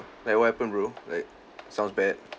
like what happened bro like sounds bad